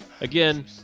Again